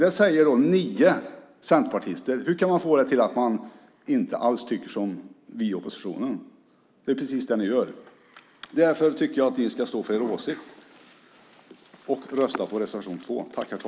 Det säger nio centerpartister. Hur kan man få det till att man inte alls tycker som vi i oppositionen? Det är ju precis det ni gör. Jag tycker att ni ska stå för er åsikt och rösta på reservation 2.